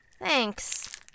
Thanks